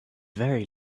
very